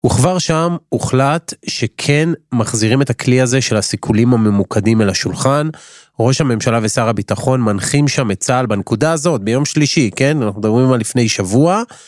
וכבר שם הוחלט שכן מחזירים את הכלי הזה של הסיכולים הממוקדים אל השולחן. ראש הממשלה ושר הביטחון מנחים שם את צה"ל בנקודה הזאת ביום שלישי, כן, אנחנו מדברים על לפני שבוע.